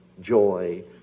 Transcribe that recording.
joy